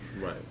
Right